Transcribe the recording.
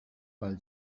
pel